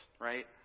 right